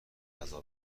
غذا